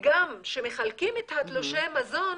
וכשמחלקים את תלושי המזון,